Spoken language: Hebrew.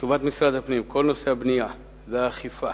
תשובת משרד הפנים: כל נושא הבנייה והאכיפה